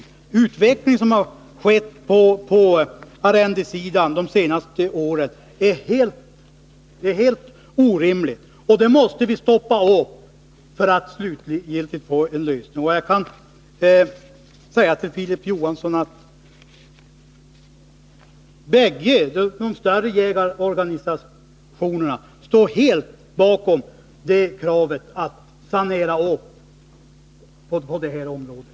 Den utveckling som har skett på arrendesidan på de senaste åren är helt orimlig, och vi måste stoppa upp den för att nå en slutgiltig lösning som är acceptabel. Jag vill framhålla för Filip Johansson att båda de större jägarorganisationerna står helt bakom kravet att det här området skall saneras.